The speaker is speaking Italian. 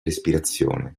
respirazione